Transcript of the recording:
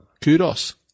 Kudos